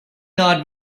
not